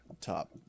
top